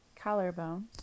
collarbone